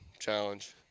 challenge